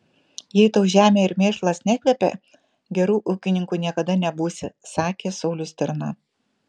jei tau žemė ir mėšlas nekvepia geru ūkininku niekada nebūsi sakė saulius stirna